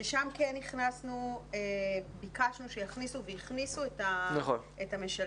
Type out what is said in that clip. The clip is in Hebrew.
ששם ביקשנו שיכניסו והכניסו את המשלבים.